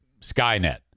Skynet